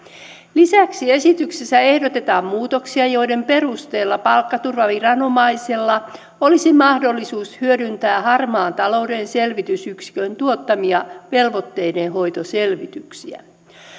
lisäksi esityksessä ehdotetaan muutoksia joiden perusteella palkkaturvaviranomaisella olisi mahdollisuus hyödyntää harmaan talouden selvitysyksikön tuottamia velvoitteidenhoitoselvityksiä